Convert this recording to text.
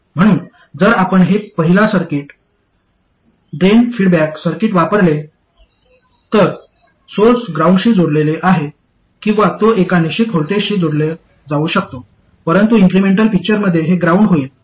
म्हणून जर आपण हे पहिला सर्किट ड्रेन फीडबॅक सर्किट वापरले तर सोर्स ग्राउंडशी जोडलेला आहे किंवा तो एका निश्चित व्होल्टेजशी जोडला जाऊ शकतो परंतु इन्क्रिमेंटल पिक्चरमध्ये हे ग्राउंड होईल